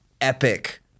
epic